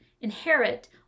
inherit